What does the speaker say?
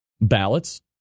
ballots